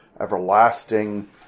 everlasting